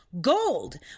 gold